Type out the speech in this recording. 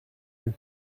vue